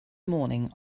morning